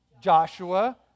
Joshua